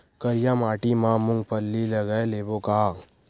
करिया माटी मा मूंग फल्ली लगय लेबों का?